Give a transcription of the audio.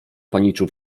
paniczów